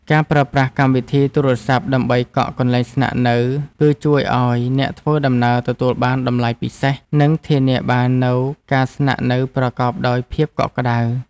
ការប្រើប្រាស់កម្មវិធីទូរសព្ទដើម្បីកក់កន្លែងស្នាក់នៅ គឺ ជួយឱ្យអ្នកធ្វើដំណើរទទួលបានតម្លៃពិសេស និង ធានាបាននូវការស្នាក់នៅប្រកបដោយភាពកក់ក្ដៅ។